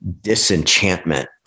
disenchantment